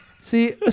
See